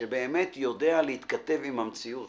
שבאמת יודע להתכתב עם המציאות